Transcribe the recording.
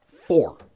four